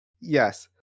Yes